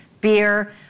beer